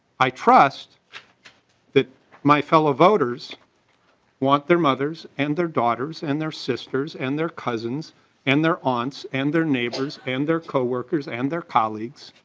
i trust that my fellow voters want their mothers and their daughters and their sisters and their cousins and their aunts and their neighbors and their coworkers and their colleagues